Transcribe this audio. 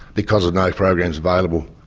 because of no programs available.